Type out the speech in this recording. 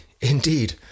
indeed